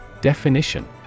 Definition